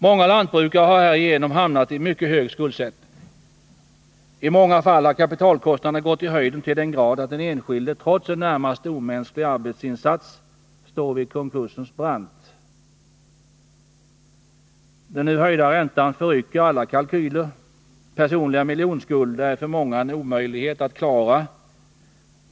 Många lantbrukare har härigenom hamnat i en mycket hög skuldsättning. I många fall har kapitalkostnaderna gått i höjden till den grad att den enskilde trots en närmast omänsklig arbetsinsats står vid konkursens brant. Den senaste räntehöjningen förrycker alla kalkyler. Personliga miljonskulder är för många en omöjlighet att klara.